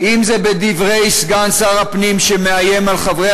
אם זה בדברי סגן שר הפנים שמאיים על חברי